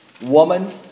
Woman